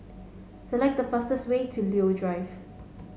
select the fastest way to Leo Drive